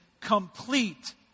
complete